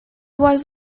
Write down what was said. was